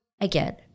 again